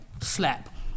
slap